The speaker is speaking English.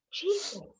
Jesus